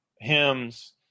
hymns